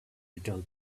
return